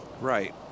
Right